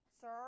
Sir